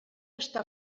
està